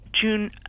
June